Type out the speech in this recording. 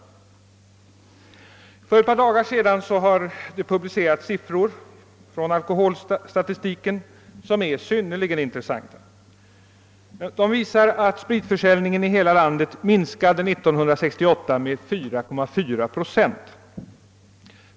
För ett par dagar sedan publicerades siffror ur alkoholstatistiken som är synnerligen intressanta. De visar att spritförsäljningen i hela landet under år 1968 minskade med 4,4 procent.